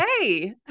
Hey